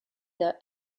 der